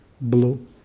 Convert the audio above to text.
blue